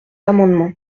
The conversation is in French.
amendement